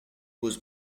was